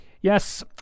Yes